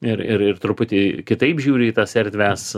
ir ir ir truputį kitaip žiūri į tas erdves